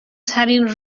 ترین